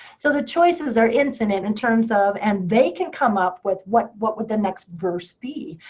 so the choices are infinite in terms of and they can come up with what what would the next verse be.